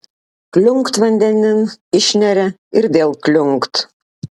kliunkt vandenin išneria ir vėl kliunkt